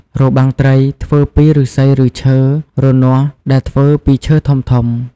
របាំងត្រី ធ្វើពីឫស្សីឬឈើ រនាស់ ដែលធ្វើពីឈើធំៗ។